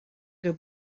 que